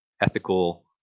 ethical